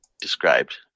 described